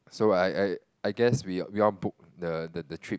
so I I I guess we we all book the the trip